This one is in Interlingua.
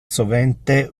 sovente